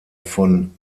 von